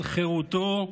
על חירותו,